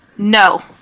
No